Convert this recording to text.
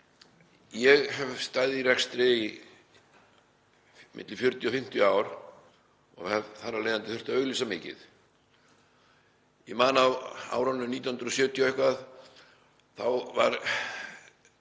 Ég hef staðið í rekstri í milli 40 og 50 ár og hef þar af leiðandi þurft að auglýsa mikið. Ég man að á árunum 1970 og eitthvað var